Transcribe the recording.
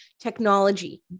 technology